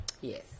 Yes